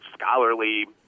scholarly